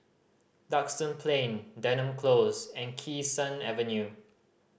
Duxton Plain Denham Close and Kee Sun Avenue